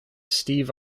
steve